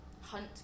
hunt